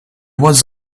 was